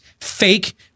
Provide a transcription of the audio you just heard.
fake